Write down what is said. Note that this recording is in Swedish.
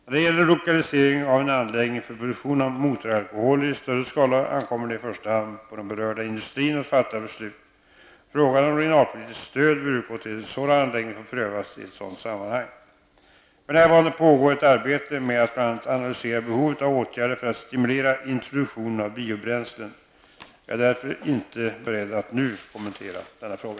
När det gäller lokalisering av en anläggning för produktion av motoralkoholer i större skala, ankommer det i första hand på den berörda industrin att fatta beslut. Frågan om regionalpolitiskt stöd bör utgå till en sådan anläggning får prövas i ett sådant sammanhang. För närvarande pågår ett arbete med att bl.a. analysera behovet av åtgärder för att stimulera introduktionen av biobränslen. Jag är därför inte beredd att nu kommentera denna fråga.